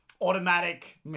automatic